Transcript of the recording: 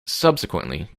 subsequently